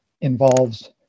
involves